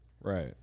Right